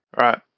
right